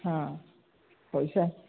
ହଁ ପଇସା